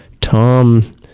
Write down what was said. Tom